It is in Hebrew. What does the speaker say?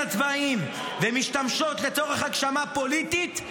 הצבאיים ומשתמשות בהם לצורך הגשמה פוליטית,